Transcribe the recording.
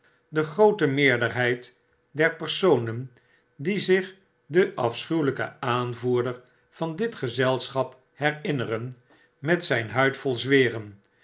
de groote meerderheid der personen die zich den afschuwelijken aanvoerder van dit gezelschap herinneren met zijn huid vol zweren